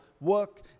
work